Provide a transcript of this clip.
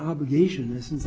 obligation isn't